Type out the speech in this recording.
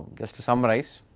just to summarise,